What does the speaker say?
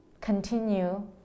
continue